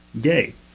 gay